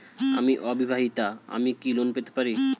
আমি অবিবাহিতা আমি কি লোন পেতে পারি?